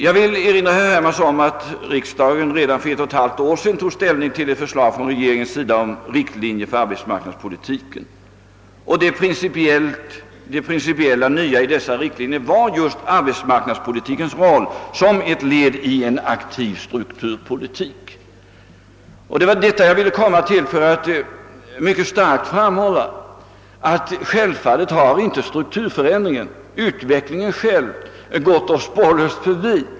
Jag vill erinra herr Hermansson om att riksdagen redan för ett och ett halvt år sedan tog ställning till ett förslag från regeringen om riktlinjer för arbetsmarknadspolitiken där det principiellt nya var just arbetsmarknadspolitikens roll såsom ett led i en aktiv strukturpolitik. Jag ville ta upp detta, eftersom jag mycket starkt vill framhålla att strukturförändringen självfallet inte gått oss spårlöst förbi.